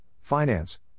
Finance